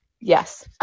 Yes